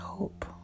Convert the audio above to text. Hope